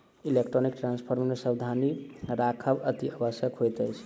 electronic transfer मे सावधानी राखब अतिआवश्यक होइत अछि